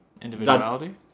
individuality